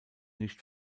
nicht